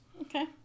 Okay